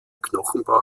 knochenbau